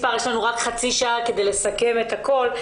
יש לנו רק חצי שעה כדי לסכם את הכל.